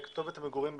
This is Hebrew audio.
כתובת המגורים בישראל,